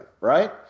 Right